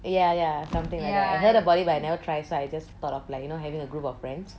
ya ya something I heard about it but I never try so I just thought of like you know having a group of friends